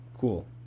cool